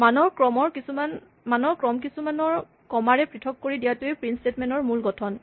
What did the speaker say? মানৰ ক্ৰম কিছুমান কমা ৰে পৃথক কৰি দিয়াটোৱেই প্ৰিন্ট স্টেটমেন্ট ৰ মূল গঠন